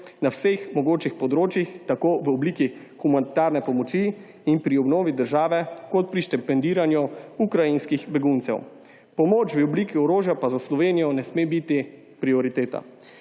na vseh mogočih področjih tako v obliki humanitarne pomoči in pri obnovi države kot pri štipendiranju ukrajinskih beguncev. Pomoč v obliki orožja pa za Slovenijo ne sme biti prioriteta.